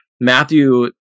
Matthew